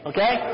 Okay